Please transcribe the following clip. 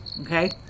Okay